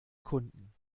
kunden